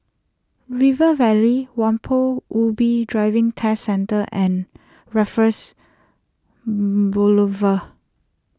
River Valley Kampong Ubi Driving Test Centre and Raffles Boulevard